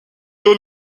dans